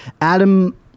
Adam